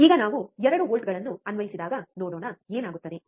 ಈಗ ನಾವು 2 ವೋಲ್ಟ್ಗಳನ್ನು ಅನ್ವಯಿಸಿದಾಗ ನೋಡೋಣ ಏನಾಗುತ್ತದೆ